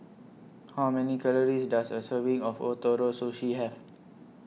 How Many Calories Does A Serving of Ootoro Sushi Have